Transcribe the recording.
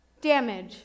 damage